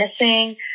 missing